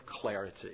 clarity